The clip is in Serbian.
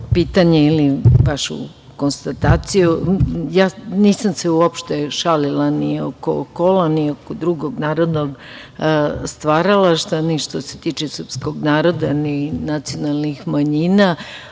pitanje ili vašu konstataciju. Nisam se uopšte šalila ni oko kola, ni oko drugog narodnog stvaralaštva, ni što se tiče srpskog naroda, ni nacionalnih manjina.